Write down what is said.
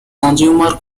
consumer